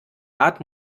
art